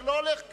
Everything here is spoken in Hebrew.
זה לא הולך כך.